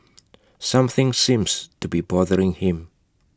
something seems to be bothering him